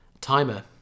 Timer